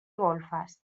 golfes